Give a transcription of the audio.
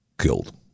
killed